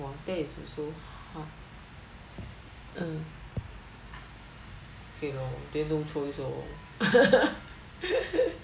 !wah! that is also how uh okay lor then no choice lor